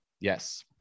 Yes